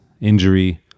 injury